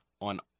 on